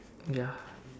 ya